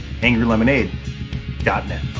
angrylemonade.net